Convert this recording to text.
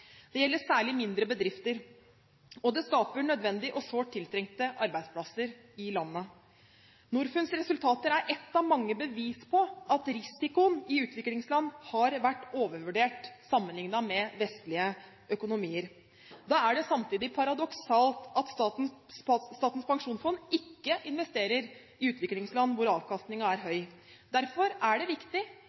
Det gjelder særlig mindre bedrifter, og det skaper nødvendige og sårt tiltrengte arbeidsplasser i landene. Norfunds resultater er ett av mange bevis på at risikoen i utviklingsland har vært overvurdert sammenlignet med vestlige økonomier. Da er det samtidig paradoksalt at Statens pensjonsfond ikke investerer i utviklingsland hvor avkastningen er høy. Derfor er det viktig